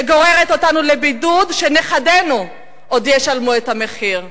שגוררת אותנו לבידוד, ונכדינו עוד ישלמו את המחיר.